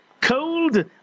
cold